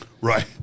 Right